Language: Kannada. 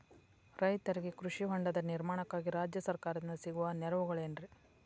ರೈತರಿಗೆ ಕೃಷಿ ಹೊಂಡದ ನಿರ್ಮಾಣಕ್ಕಾಗಿ ರಾಜ್ಯ ಸರ್ಕಾರದಿಂದ ಸಿಗುವ ನೆರವುಗಳೇನ್ರಿ?